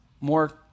more